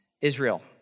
Israel